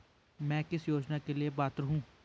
मैं किस योजना के लिए पात्र हूँ?